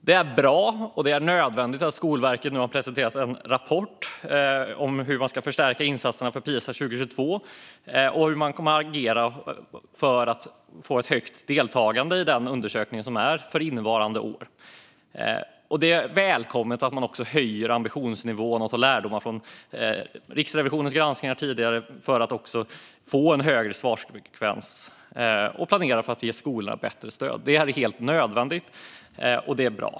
Det är bra och nödvändigt att Skolverket nu har presenterat en rapport om hur man ska förstärka insatserna för Pisaundersökningen 2022 och hur man kommer att agera för att få ett stort deltagande i undersökningen för innevarande år. Det är välkommet att man också höjer ambitionsnivån och tar lärdom av Riksrevisionens tidigare granskningar för att få en högre svarsfrekvens och planerar för att ge skolorna bättre stöd. Det är helt nödvändigt, och det är bra.